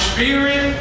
Spirit